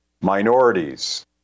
minorities